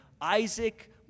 Isaac